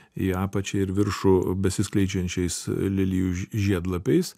į apačią ir viršų besiskleidžiančiais lelijų žiedlapiais